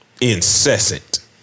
incessant